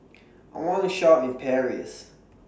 I wanna Shopping in Paris